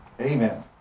Amen